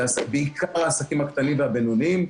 בעיקר העסקים הקטנים והבינוניים.